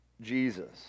Jesus